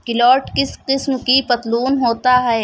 culvert کس قسم کی پتلون ہوتا ہے